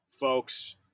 folks